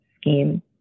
scheme